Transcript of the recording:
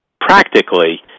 practically